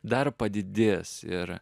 dar padidės ir